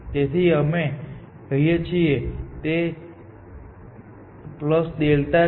તેથી અમે કહીએ છીએ કે તે ડેલ્ટા છે